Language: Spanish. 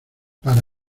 para